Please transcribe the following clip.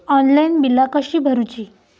Online बिला कशी भरूची?